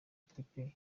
ikipe